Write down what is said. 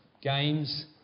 games